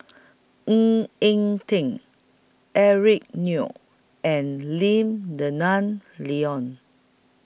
Ng Eng Teng Eric Neo and Lim Denan Denon